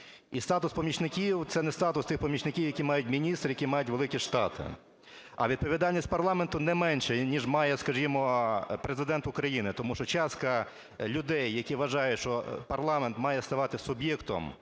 І статус помічників це не статус тих помічників, які мають міністри, які мають великі штати. А відповідальність парламенту не менша ніж має, скажімо, Президент України, тому що частка людей, які вважають що парламент має ставати суб'єктом,